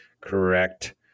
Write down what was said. correct